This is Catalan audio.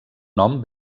nom